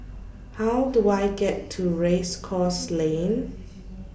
How Do I get to Race Course Lane